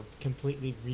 completely